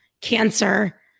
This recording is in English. cancer